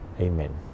Amen